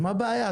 מה הבעיה?